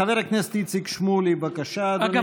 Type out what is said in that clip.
חבר הכנסת איציק שמולי, בבקשה, אדוני.